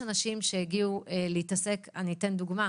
יש אנשים שהגיעו להתעסק אני אתן דוגמה: